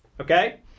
Okay